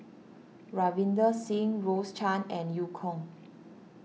Ravinder Singh Rose Chan and Eu Kong